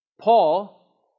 Paul